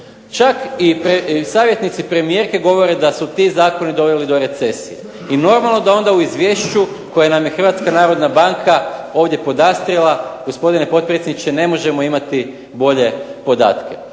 Čak i savjetnici premijerke govore da su ti zakoni doveli do recesije i normalno da onda u izvješću koje nam je HNB ovdje podastrijela, gospodine potpredsjedniče, ne možemo imati bolje podatke.